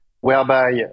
whereby